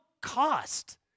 cost